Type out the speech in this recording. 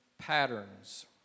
patterns